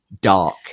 dark